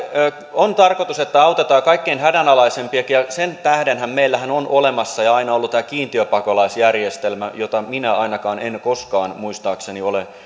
on tarkoitus että autetaan kaikkein hädänalaisimpiakin ja sen tähdenhän meillä on olemassa ja aina ollut tämä kiintiöpakolaisjärjestelmä jota minä ainakaan en koskaan muistaakseni